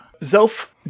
Zelf